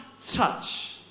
touch